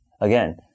Again